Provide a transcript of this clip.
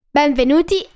Benvenuti